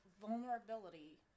vulnerability